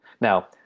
Now